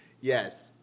Yes